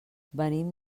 venim